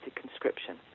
conscription